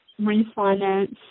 refinance